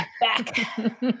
Back